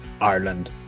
Ireland